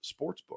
Sportsbook